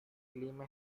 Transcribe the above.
clima